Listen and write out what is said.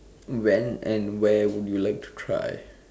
when and where would you like to try